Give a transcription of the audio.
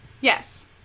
Yes